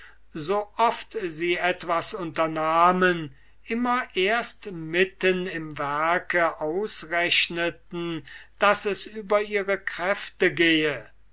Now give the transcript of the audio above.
so oft sie etwas unternahmen immer erst mitten im werke ausrechneten daß es über ihre kräfte gehe